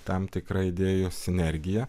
tam tikra idėjų sinergija